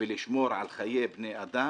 ולשמור על חיי בני אדם,